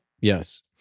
Yes